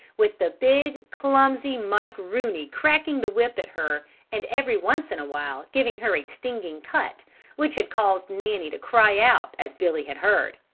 with the big, clumsy mike rooney cracking the whip at her and every once in a while giving her a stinging cut which had caused nanny to cry out as billy had heard.